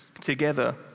together